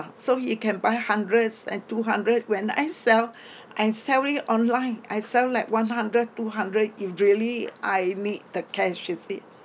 so you can buy hundreds and two hundred when I sell I'm selling online I sell like one hundred two hundred if really I need the cash you see